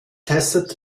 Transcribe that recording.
testet